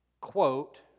quote